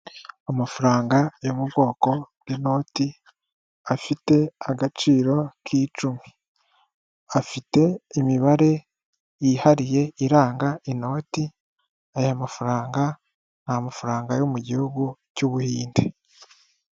Amafaranga yo mu bwoko bw'inoti afite agaciro k'icumi. Afite imibare yihariye iranga inoti aya mafaranga ni amafaranga yo mu gihugu cy'ubuhinde..